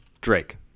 Drake